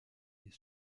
est